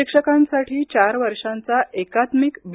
शिक्षकांसाठी चार वर्षांचा एकात्मिक बी